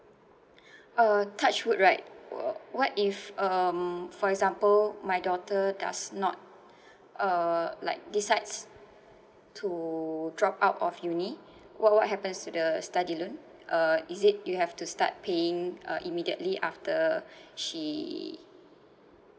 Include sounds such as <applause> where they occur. <breath> uh touch wood right uh what if um for example my daughter does not <breath> uh like decides to drop out of uni <breath> what what happens to the study loan uh is it you have to start paying uh immediately after <breath> she